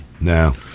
No